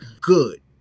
good